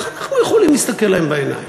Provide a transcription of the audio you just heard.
איך אנחנו יכולים להסתכל להם בעיניים?